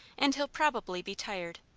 and he'll probably be tired.